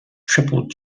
triple